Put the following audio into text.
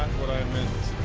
what i meant